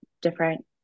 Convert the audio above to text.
Different